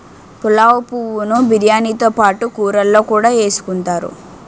పులావు పువ్వు ను బిర్యానీతో పాటు కూరల్లో కూడా ఎసుకుంతారు